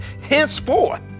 Henceforth